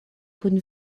kun